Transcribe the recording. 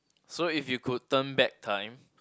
so if you could turn back time